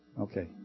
Okay